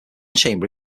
chamber